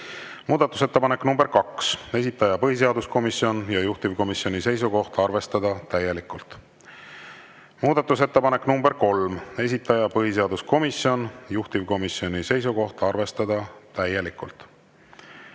Muudatusettepanek nr 2, esitaja põhiseaduskomisjon, juhtivkomisjoni seisukoht: arvestada täielikult. Muudatusettepanek nr 3, esitaja põhiseaduskomisjon, juhtivkomisjoni seisukoht: arvestada täielikult.